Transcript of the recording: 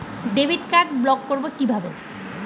Debit card block করব কিভাবে?